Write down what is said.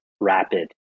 rapid